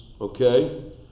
okay